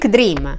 Dream